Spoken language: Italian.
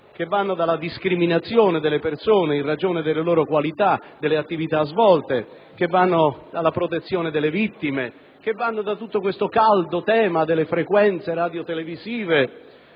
che vanno dalla discriminazione delle persone in ragione delle loro qualità e delle attività svolte, alla protezione delle vittime, a tutto il caldo tema delle frequenze radiotelevisive,